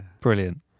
Brilliant